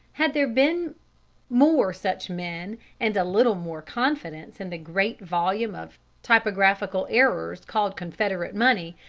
had there been more such men, and a little more confidence in the great volume of typographical errors called confederate money,